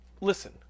Listen